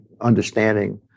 understanding